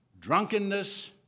drunkenness